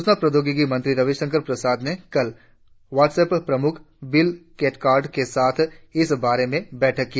सूचना प्रौद्योगिकी मंत्री रविशंकर प्रसाद ने कल व्हाट्स ऐप प्रमुख विल केथकार्ट के साथ इस बारे में बैठक की